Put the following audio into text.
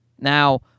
Now